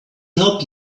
help